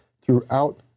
throughout